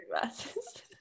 glasses